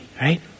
right